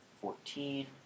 fourteen